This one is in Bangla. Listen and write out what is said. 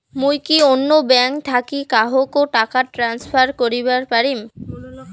মুই কি অন্য ব্যাঙ্ক থাকি কাহকো টাকা ট্রান্সফার করিবার পারিম?